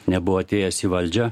nebuvo atėjęs į valdžią